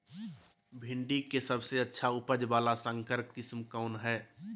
भिंडी के सबसे अच्छा उपज वाला संकर किस्म कौन है?